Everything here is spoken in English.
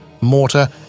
mortar